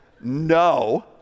No